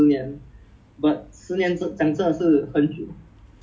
Singapore end to end is only forty two plus plus K_M eh